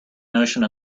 notion